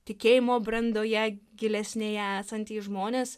tikėjimo brandoje gilesnėje esantys žmonės